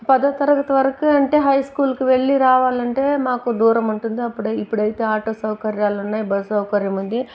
పదో తరగతి వరకు అంటే హై స్కూల్కి వెళ్ళి రావాలంటే మాకు దూరము ఉంటుంది అప్పుడు ఇప్పుడైతే ఆటో సౌకర్యాలు ఉన్నాయి బస్సు సౌకర్యం ఉంది